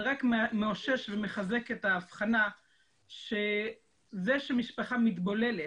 זה רק מאשש ומחזק את ההבחנה שזה שמשפחה מתבוללת,